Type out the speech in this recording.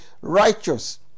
righteous